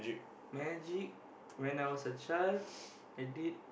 magic when I was a child I did